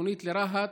צפונית לרהט,